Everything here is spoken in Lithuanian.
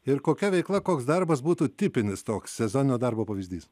ir kokia veikla koks darbas būtų tipinis toks sezoninio darbo pavyzdys